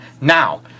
Now